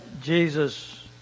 Jesus